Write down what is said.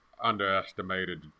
underestimated